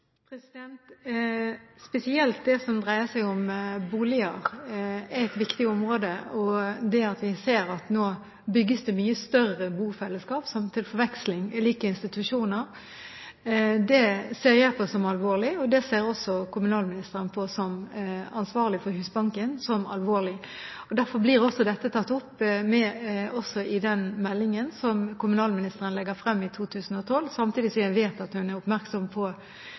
Spesielt det som dreier seg om boliger, er et viktig område. Det at det nå bygges mye større bofellesskap, som til forveksling er lik institusjoner, ser jeg på som alvorlig. Det ser også kommunalministeren, som er ansvarlig for Husbanken, på som alvorlig. Derfor blir også dette tatt opp i den meldingen som kommunalministeren legger fram i 2012, samtidig vet jeg at hun er oppmerksom på